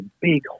big